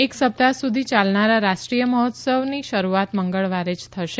એક સપ્તાહ સુધી યાલનારા રાષ્ટ્રીય મહોત્સવ યુવાહની શરૂઆત મંગળવારે જ થશે